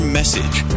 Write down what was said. message